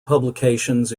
publications